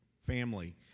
family